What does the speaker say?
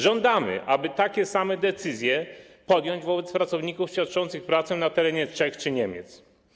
Żądamy, aby takie same decyzje podjąć wobec pracowników świadczących pracę na terenie Czech czy Niemiec.